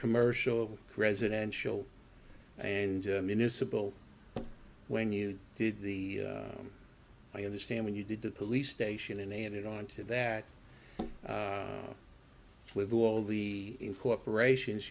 commercial residential and municipal when you did the i understand when you did the police station and they had it on to that with all the in corporations